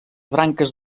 branques